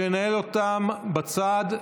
שינהל אותן בצד.